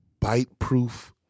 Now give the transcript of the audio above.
bite-proof